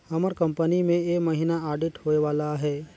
हमर कंपनी में ए महिना आडिट होए वाला अहे